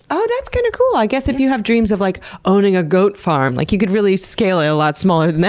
ah, that's kinda cool. i guess if you have dreams of, like, owning a goat farm, like, you could really scale it a lot smaller than that.